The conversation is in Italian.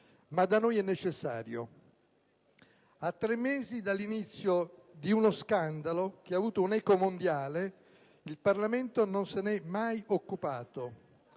Da noi è necessario. A tre mesi dall'inizio di uno scandalo che ha avuto un'eco mondiale, il Parlamento non se ne è mai occupato.